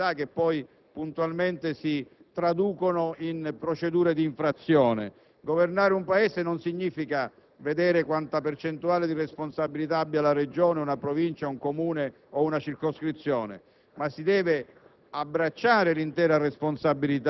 dinanzi alla quale abbiamo delle responsabilità che poi puntualmente si traducono in procedure di infrazione. Governare un Paese non significa vedere quanta percentuale di responsabilità abbia la Regione, una Provincia, un Comune o una circoscrizione, ma